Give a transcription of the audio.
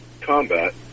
combat